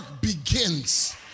begins